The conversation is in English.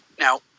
Now